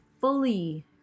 fully